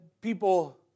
people